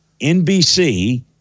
NBC